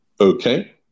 okay